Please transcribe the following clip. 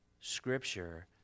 scripture